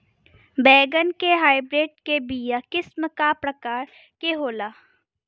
बैगन के हाइब्रिड के बीया किस्म क प्रकार के होला?